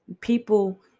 People